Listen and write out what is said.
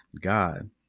god